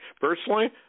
Personally